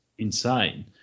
insane